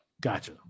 Gotcha